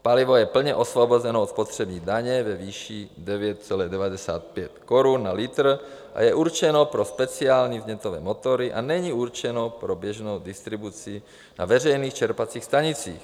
Palivo je plně osvobozeno od spotřební daně ve výši 9,95 korun na litr a je určeno pro speciální vznětové motory a není určeno pro běžnou distribuci na veřejných čerpacích stanicích.